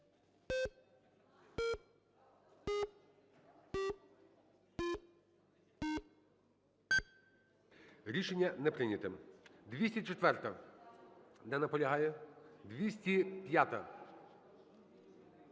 Рішення не прийняте. 204-а. Не наполягає. 205-а.